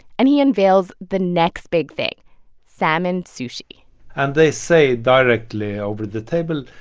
and he unveils the next big thing salmon sushi and they say directly over the table,